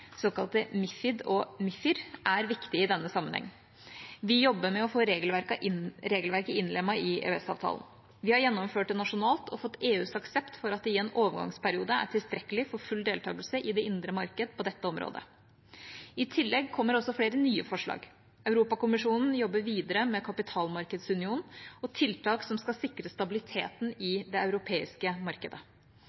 og MiFIR, er viktig i denne sammenhengen. Vi jobber med å få regelverket innlemmet i EØS-avtalen. Vi har gjennomført det nasjonalt og fått EUs aksept for at det i en overgangsperiode er tilstrekkelig for full deltakelse i det indre marked på dette området. I tillegg kommer flere nye forslag. Europakommisjonen jobber videre med kapitalmarkedsunionen og tiltak som skal sikre stabiliteten i